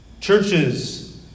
Churches